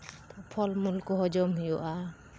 ᱯᱷᱚᱞᱼᱢᱩᱞ ᱠᱚᱦᱚᱸ ᱡᱚᱢ ᱦᱩᱭᱩᱜᱼᱟ